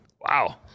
wow